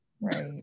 Right